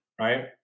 right